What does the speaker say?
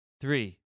Three